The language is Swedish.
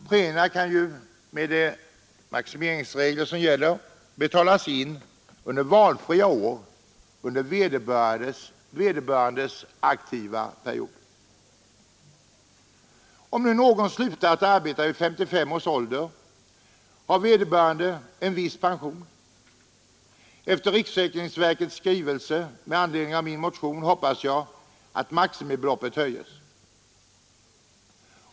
Premierna kan med de maximeringsregler som gäller betalas in valfria år under vederbörandes aktiva period. Om nu någon slutar arbeta vid 55 års ålder, har han en viss pension. Efter riksförsäkringsverkets skrivelse med anledning av min motion hoppas jag att maximibeloppet höjs.